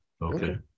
Okay